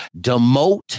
demote